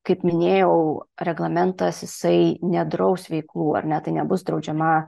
kaip minėjau reglamentas jisai nedraus veiklų ar ne tai nebus draudžiama